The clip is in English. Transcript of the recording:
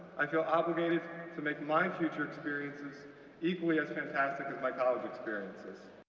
i feel obligated to make my future experiences equally as fantastic as my college experiences.